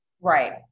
right